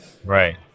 Right